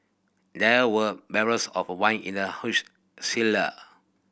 there were barrels of wine in the huge cellar